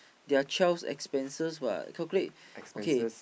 their child's expenses what calculate okay